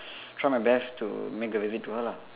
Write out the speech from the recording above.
try my best to make the visit to her lah